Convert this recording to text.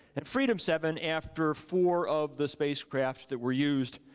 and freedom seven after four of the spacecraft that were used